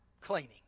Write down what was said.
cleaning